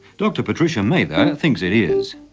dr patricia mather thinks it is.